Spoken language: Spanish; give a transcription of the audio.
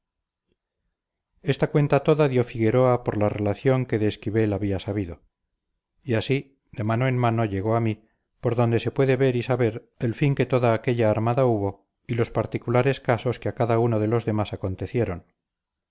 esta cuenta toda dio figueroa por la relación que de esquivel había sabido y así de mano en mano llegó a mí por donde se puede ver y saber el fin que toda aquella armada hubo y los particulares casos que a cada uno de los demás acontecieron